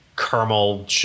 caramel